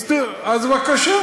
הגשנו, הגשנו.